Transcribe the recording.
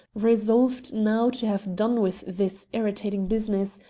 resolved now to have done with this irritating business,